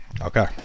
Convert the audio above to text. Okay